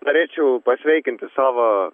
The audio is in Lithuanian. norėčiau pasveikinti savo